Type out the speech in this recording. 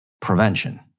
prevention